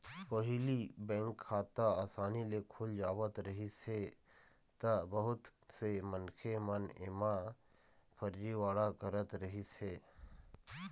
पहिली बेंक खाता असानी ले खुल जावत रहिस हे त बहुत से मनखे मन एमा फरजीवाड़ा करत रहिस हे